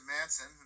Manson